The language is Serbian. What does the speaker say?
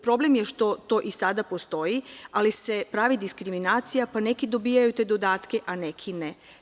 Problem je što to i sada postoji, ali se pravi diskriminacija pa neki dobijaju te dodatke, a neki ne.